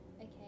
Okay